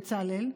בצלאל,